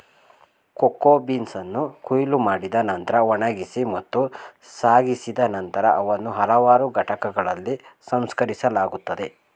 cocoa ಬೀನ್ಸನ್ನು ಕೊಯ್ಲು ಮಾಡಿದ ನಂತ್ರ ಒಣಗಿಸಿ ಮತ್ತು ಸಾಗಿಸಿದ ನಂತರ ಅವನ್ನು ಹಲವಾರು ಘಟಕಗಳಲ್ಲಿ ಸಂಸ್ಕರಿಸಲಾಗುತ್ತದೆ